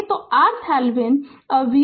तो RThevenin अब Voc VThevenin